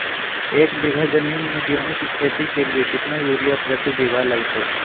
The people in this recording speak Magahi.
एक बिघा जमीन में गेहूं के खेती के लिए कितना यूरिया प्रति बीघा लगतय?